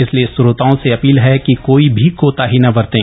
इसलिए श्रोताओं से अपील है कि कोई भी कोताही न बरतें